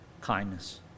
kindness